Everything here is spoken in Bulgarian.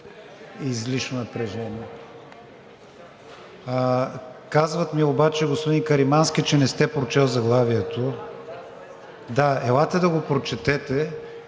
Казват ми обаче, господин Каримански, че не сте прочел заглавието. Елате да го прочетете.